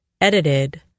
Edited